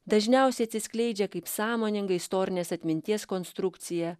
dažniausiai atsiskleidžia kaip sąmoninga istorinės atminties konstrukcija